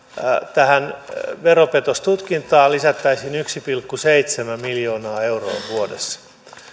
tähän veropetostutkintaan lisättäisiin yksi pilkku seitsemän miljoonaa euroa vuodessa